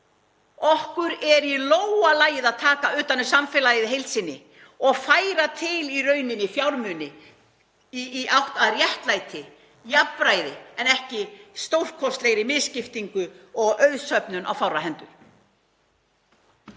Okkur er í lófa lagið að taka utan um samfélagið í heild sinni og færa fjármuni í átt að réttlæti og jafnræði en ekki stórkostlegri misskiptingu og auðsöfnun á fárra hendur.